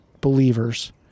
believers